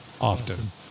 often